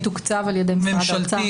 ממשלתי, מתוקצב על ידי משרד האוצר.